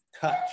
touch